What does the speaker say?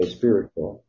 spiritual